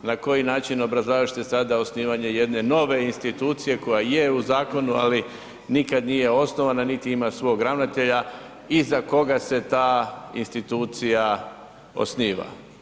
Na koji način obrazlažete sada osnivanje jedne nove institucije, koja je u zakonu, ali nikad nije osnovana niti ima svog ravnatelja i za koga se ta institucija osniva?